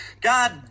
God